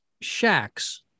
shacks